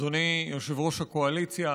אדוני יושב-ראש הקואליציה